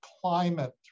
climate